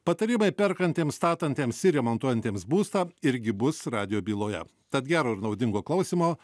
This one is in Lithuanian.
patarimai perkantiems statantiems ir remontuojantiems būstą irgi bus radijo byloje tad gero ir naudingo klausymo